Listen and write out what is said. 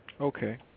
Okay